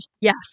Yes